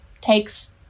takes